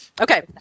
Okay